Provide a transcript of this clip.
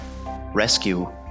rescue